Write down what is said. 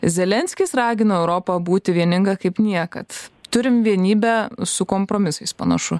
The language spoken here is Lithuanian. zelenskis ragino europą būti vieninga kaip niekad turime vienybę su kompromisais panašu